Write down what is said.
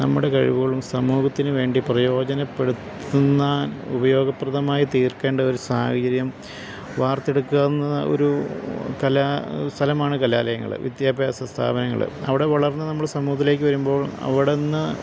നമ്മുടെ കഴിവുകളും സമൂഹത്തിനുവേണ്ടി പ്രയോജനപ്പെടുത്തുന്ന ഉപയോഗപ്രദമായി തീർക്കേണ്ട ഒരു സാഹചര്യം വാർത്തെടുക്കാവുന്ന ഒരു സ്ഥലമാണ് കലാലയങ്ങള് വിദ്യാഭ്യാസ സ്ഥാപനങ്ങള് അവിടെ വളർന്നു നമ്മുടെ സമൂഹത്തിലേക്കു വരുമ്പോൾ അവിടുന്ന്